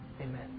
Amen